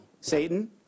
Satan